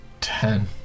Ten